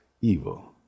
evil